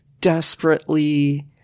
desperately